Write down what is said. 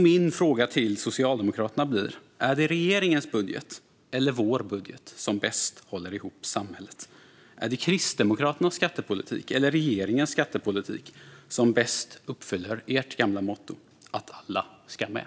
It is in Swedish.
Mina frågor till Socialdemokraterna blir: Är det regeringens budget eller vår budget som bäst håller ihop samhället? Är det Kristdemokraternas skattepolitik eller regeringens skattepolitik som bäst uppfyller ert gamla motto "alla ska med"?